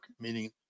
Meaning